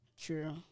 True